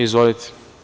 Izvolite.